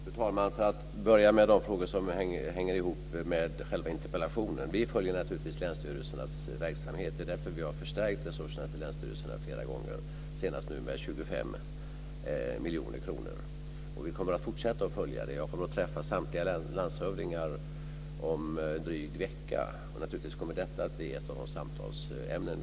Fru talman! Jag börjar med de frågor som hänger ihop med själva interpellationen. Vi följer naturligtvis länsstyrelsernas verksamhet. Det är därför vi har förstärkt resurserna till länsstyrelserna flera gånger, nu senast med 25 miljoner kronor. Vi kommer att fortsätta att följa den. Jag kommer att träffa samtliga landshövdingar om drygt en vecka, och naturligtvis kommer detta att bli ett av våra samtalsämnen.